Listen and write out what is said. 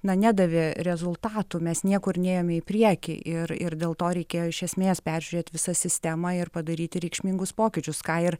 na nedavė rezultatų mes niekur nėjome į priekį ir ir dėl to reikėjo iš esmės peržiūrėt visą sistemą ir padaryti reikšmingus pokyčius ką ir